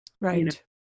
Right